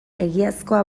egiazkoa